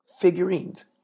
figurines